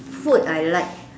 food I like